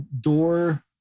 door